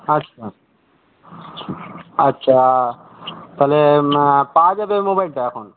আচ্ছা আচ্ছা তাহলে পাওয়া যাবে ওই মোবাইলটা এখন